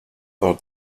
are